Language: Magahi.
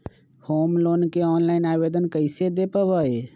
होम लोन के ऑनलाइन आवेदन कैसे दें पवई?